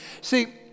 See